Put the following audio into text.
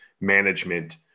management